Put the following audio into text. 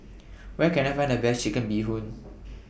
Where Can I Find The Best Chicken Bee Hoon